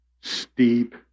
steep